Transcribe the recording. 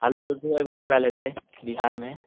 आलू सब सेहो एहि बेर रोपायल हेतै बिहारमे